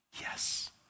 Yes